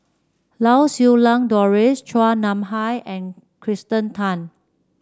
Lau Siew Lang Doris Chua Nam Hai and Kirsten Tan